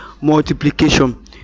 multiplication